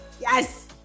yes